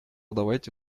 давайте